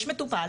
יש מטופל.